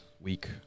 week